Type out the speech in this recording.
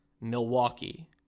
Milwaukee